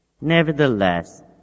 Nevertheless